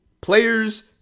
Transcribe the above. Players